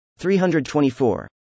324